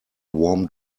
warm